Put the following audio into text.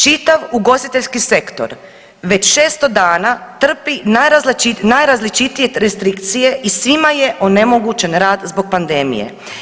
Čitav ugostiteljski sektor već 600 dana trpi najrazličitije restrikcije i svima je onemogućen rad zbog pandemije.